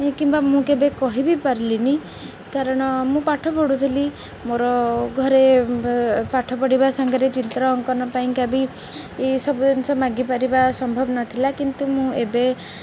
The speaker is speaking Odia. କିମ୍ବା ମୁଁ କେବେ କହିବି ପାରିଲିନି କାରଣ ମୁଁ ପାଠ ପଢ଼ୁଥିଲି ମୋର ଘରେ ପାଠ ପଢ଼ିବା ସାଙ୍ଗ ରେ ଚିତ୍ର ଅଙ୍କନ ପାଇଁକା ବି ସବୁ ଜିନିଷ ମାଗିପାରିବା ସମ୍ଭବ ନଥିଲା କିନ୍ତୁ ମୁଁ ଏବେ